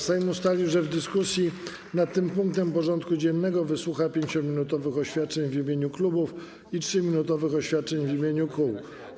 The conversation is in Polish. Sejm ustalił, że w dyskusji nad tym punktem porządku dziennego wysłucha 5-minutowych oświadczeń w imieniu klubów i 3-minutowych oświadczeń w imieniu kół.